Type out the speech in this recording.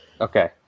okay